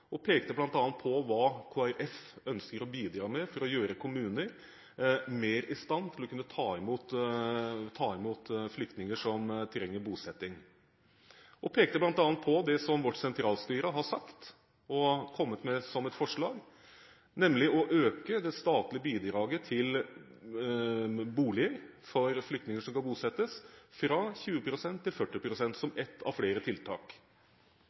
og pekte bl.a. på hva Kristelig Folkeparti ønsker å bidra med for å gjøre kommuner mer i stand til å kunne ta imot flyktninger som trenger bosetting. Jeg pekte bl.a. på det som vårt sentralstyre har sagt – og kommet med som et forslag – nemlig å øke det statlige bidraget til boliger for flyktninger som skal bosettes, fra 20 pst. til 40 pst., som ett av flere tiltak.